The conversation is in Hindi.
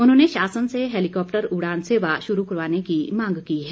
उन्होंने शासन से हैलीकॉप्टर उड़ान सेवा शुरू करवाने की मांग की है